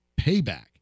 payback